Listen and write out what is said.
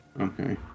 okay